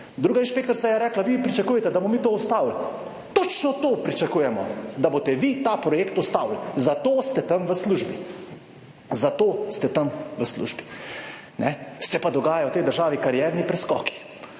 Druga inšpektorica je rekla, vi pričakujete, da bomo mi to ustavili. Točno to pričakujemo, da boste vi ta projekt ustavili, zato ste tam v službi, zato ste tam v službi, kajne. Se pa dogajajo v tej državi karierni preskoki.